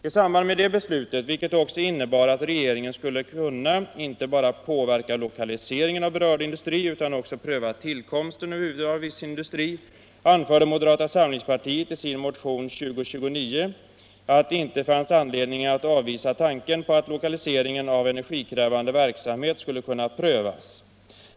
I samband med det beslutet, vilket också innebar att regeringen skulle kunna inte bara påverka lokaliseringen av berörd industri utan också pröva tillkomsten över huvud av viss industri, anförde moderata samlingspartiet i sin motion 1975:2029 att det inte fanns anledning att avvisa tanken på att lokaliseringen av energikrävande verksamhet skulle kunna prövas.